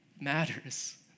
Matters